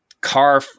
car